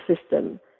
system